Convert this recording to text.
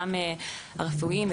גם הרפואיות,